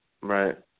Right